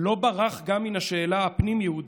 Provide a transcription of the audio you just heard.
לא ברח גם מן השאלה הפנים-יהודית.